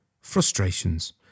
Frustrations